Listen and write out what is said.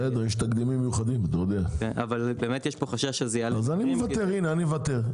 אבל באמת יש פה חשש --- אז הנה, אני מוותר.